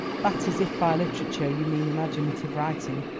that is if by literature you mean imaginative writing,